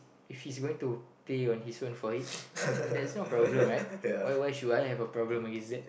if he's going to pay on his own for it then there's no problem right why why should I have a problem against that